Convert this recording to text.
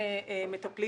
בהם מטפלים